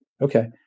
Okay